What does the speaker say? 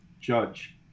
Judge